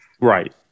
Right